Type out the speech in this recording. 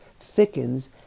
thickens